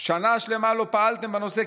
"שנה שלמה לא פעלתם בנושא,